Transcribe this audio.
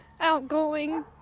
outgoing